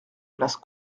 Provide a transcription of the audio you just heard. place